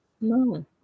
no